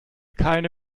keine